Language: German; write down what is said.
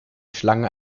schlange